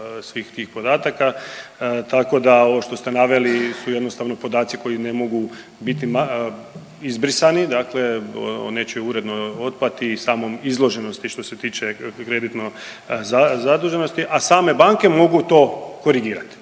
svih tih podataka, tako da ovo što ste naveli su jednostavno podaci koji ne mogu biti izbrisani, dakle o nečijoj urednoj otplati i samom izloženosti što se tiče kreditne zaduženosti, a same banke mogu to korigirati.